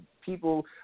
people